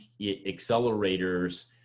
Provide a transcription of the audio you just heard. accelerators